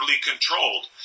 controlled